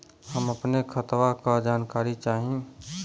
हम अपने खतवा क जानकारी चाही?